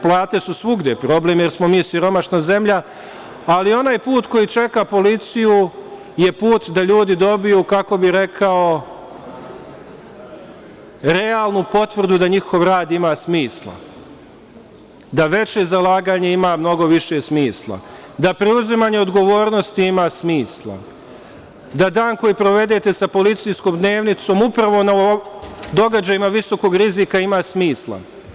Plate su svugde problem, jer smo mi siromašna zemlja, ali onaj put koji čeka policiju je put da ljudi dobiju, kako bih rekao, realnu potvrdu da njihov rad ima smisla, da veće zalaganje ima mnogo više smisla, da preuzimanje odgovornosti ima smisla, da dan koji provedete sa policijskom dnevnicom upravo na događajima visokog rizika ima smisla.